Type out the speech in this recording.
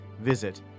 Visit